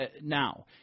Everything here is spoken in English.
now